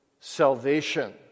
salvation